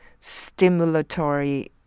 stimulatory